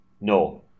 No